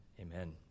Amen